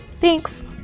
Thanks